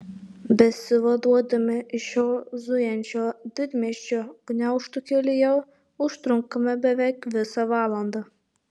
besivaduodami iš šio zujančio didmiesčio gniaužtų kelyje užtrunkame beveik visą valandą